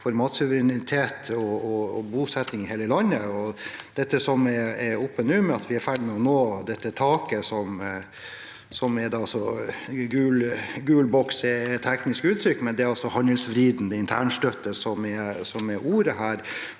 for matsuverenitet og bosetting i hele landet. Det som er oppe nå, er at vi er i ferd med å nå dette taket – «gul boks» er et teknisk uttrykk, men det er altså handelsvridende internstøtte som er ordet her.